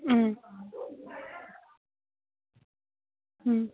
ꯎꯝ ꯎꯝ